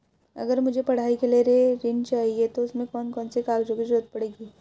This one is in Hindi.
अगर मुझे पढ़ाई के लिए ऋण चाहिए तो उसमें कौन कौन से कागजों की जरूरत पड़ेगी?